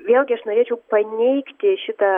vėlgi aš norėčiau paneigti šitą